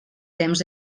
temps